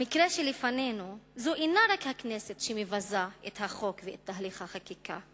במקרה שבפנינו לא הכנסת היא המבזה את החוק ואת תהליך החקיקה,